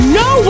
no